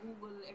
Google